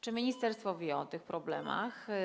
Czy ministerstwo wie o tych problemach?